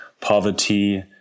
poverty